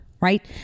right